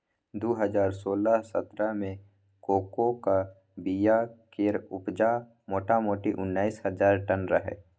दु हजार सोलह सतरह मे कोकोक बीया केर उपजा मोटामोटी उन्नैस हजार टन रहय